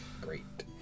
Great